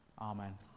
Amen